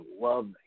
love